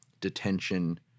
detention